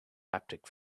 haptic